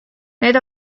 need